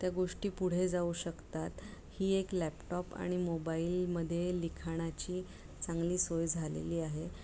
त्या गोष्टी पुढे जाऊ शकतात ही एक लॅपटॉप आणि मोबाईलमध्ये लिखाणाची चांगली सोय झालेली आहे